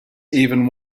even